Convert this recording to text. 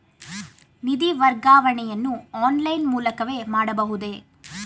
ನಿಧಿ ವರ್ಗಾವಣೆಯನ್ನು ಆನ್ಲೈನ್ ಮೂಲಕವೇ ಮಾಡಬಹುದೇ?